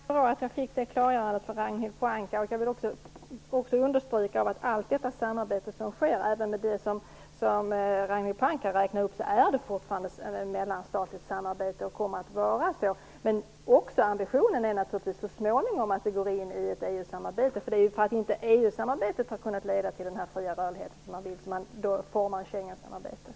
Fru talman! Det var bra att jag fick det klargörandet från Ragnhild Pohanka. Jag vill också understryka att allt samarbete som sker, även det som Ragnhild Pohanka räknar upp, fortfarande är mellanstatligt samarbete och kommer så att förbli. Men ambitionen är naturligtvis att det så småningom går in i ett EU samarbete. Det är ju på grund av att EU-samarbetet inte kunnat leda till den fria rörlighet man vill ha som man har format Schengensamarbetet.